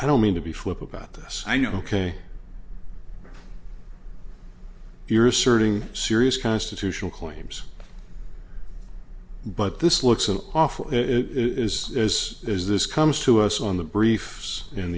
i don't mean to be flip about this i know ok you're asserting serious constitutional claims but this looks an awful it is as is this comes to us on the brief